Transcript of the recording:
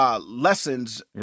lessons